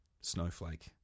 snowflake